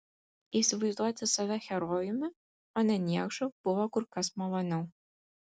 įsivaizduoti save herojumi o ne niekšu buvo kur kas maloniau